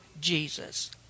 Jesus